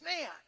man